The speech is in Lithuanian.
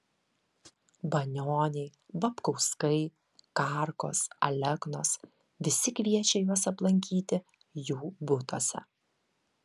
banioniai babkauskai karkos aleknos visi kviečia juos aplankyti jų butuose